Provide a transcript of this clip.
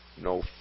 no